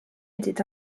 était